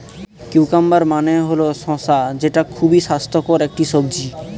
cucumber মানে হল শসা যেটা খুবই স্বাস্থ্যকর একটি সবজি